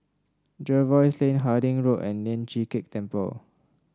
Jervois Lane Harding Road and Lian Chee Kek Temple